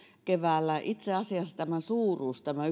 keväällä itse asiassa tämän suuruus tämä